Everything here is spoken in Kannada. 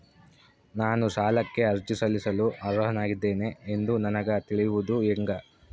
ನಾನು ಸಾಲಕ್ಕೆ ಅರ್ಜಿ ಸಲ್ಲಿಸಲು ಅರ್ಹನಾಗಿದ್ದೇನೆ ಎಂದು ನನಗ ತಿಳಿಯುವುದು ಹೆಂಗ?